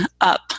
up